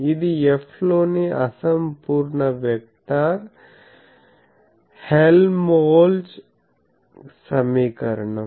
ఇది Fలోని అసంపూర్ణ వెక్టర్ హెల్మ్హోల్ట్జ్ సమీకరణం